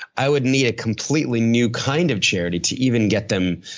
i would need a completely new kind of charity to even get them